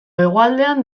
hegoaldean